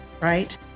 right